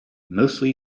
mostly